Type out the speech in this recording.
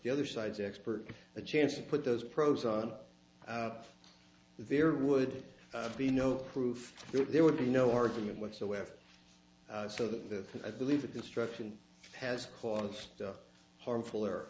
the other side's expert a chance to put those pros on there would be no proof there would be no argument whatsoever so the at believe the destruction has cause harmful or